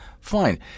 Fine